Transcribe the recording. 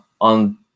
on